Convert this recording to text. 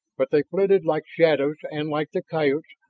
but they flitted like shadows and, like the coyotes,